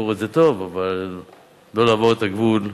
ביקורת זה טוב, אבל לא לעבור את הגבול.